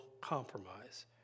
compromise